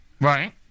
Right